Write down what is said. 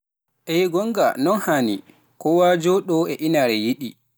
Eey goonga, non haani, koowa jooɗoo e inaare yiɗi.